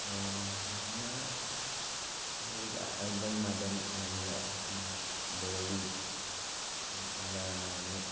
പിന്നെ അത് അതിലെ നടൻ നല്ല ബോഡി ആയിട്ടുള്ള ആളാണ്